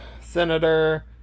senator